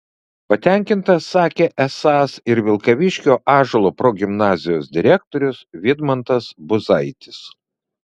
patenkintas sakė esąs ir vilkaviškio ąžuolo progimnazijos direktorius vidmantas buzaitis